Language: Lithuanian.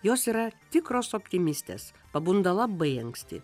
jos yra tikros optimistės pabunda labai anksti